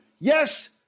yes